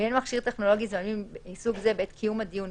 ואם אין מכשיר טכנולוגי זמין מסוג זה בעת קיום הדיון ,